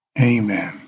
Amen